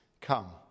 come